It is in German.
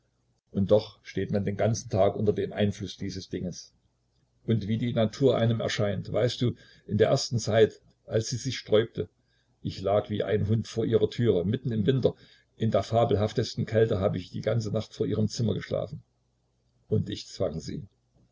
und doch steht man den ganzen tag unter dem einfluß dieses dinges und wie die natur einem erscheint weißt du in der ersten zeit als sie sich sträubte ich lag wie ein hund vor ihrer tür mitten im winter in der fabelhaftesten kälte hab ich die ganze nacht vor ihrem zimmer geschlafen und ich zwang sie